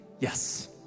yes